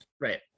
right